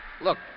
Look